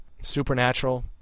Supernatural